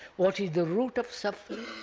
what is the root of suffering?